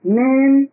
name